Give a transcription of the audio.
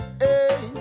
hey